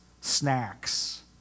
snacks